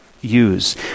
use